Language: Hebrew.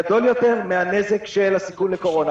גדול יותר מן הנזק של הסיכון לקורונה,